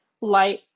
light